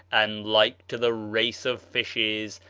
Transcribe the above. and like to the race of fishes,